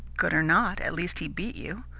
good or not, at least he beat you.